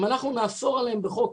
אם אנחנו נאסור עליהם בחוק,